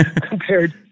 compared